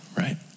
right